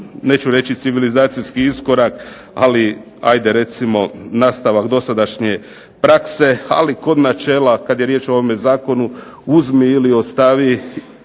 neću reći civilizacijski iskorak, ali ajde recimo nastavak dosadašnje prakse ali kod načela kada je riječ o ovom zakonu uzmi ili ostavi